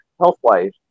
health-wise